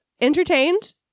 entertained